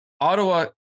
Ottawa